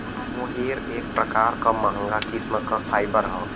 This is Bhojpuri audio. मोहेर एक प्रकार क महंगा किस्म क फाइबर हौ